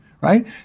right